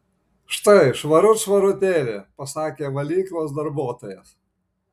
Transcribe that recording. štai švarut švarutėlė pasakė valyklos darbuotojas